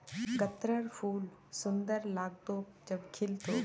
गत्त्रर फूल सुंदर लाग्तोक जब खिल तोक